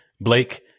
Blake